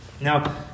Now